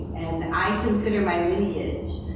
and i consider my lineage.